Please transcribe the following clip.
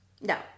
No